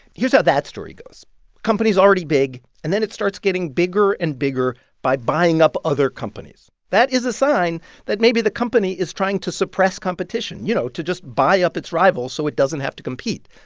here's how that story goes company's already big and then it starts getting bigger and bigger by buying up other companies. that is a sign that maybe the company is trying to suppress competition, you know, to just buy up its rivals so it doesn't have to compete.